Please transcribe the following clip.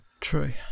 true